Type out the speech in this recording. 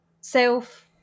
self